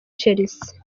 chelsea